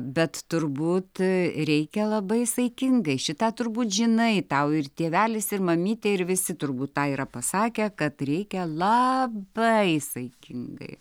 bet turbūt reikia labai saikingai šitą turbūt žinai tau ir tėvelis ir mamytė ir visi turbūt tą yra pasakę kad reikia labai saikingai